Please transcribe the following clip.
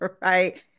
Right